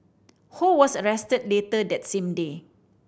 Ho was arrested later that same day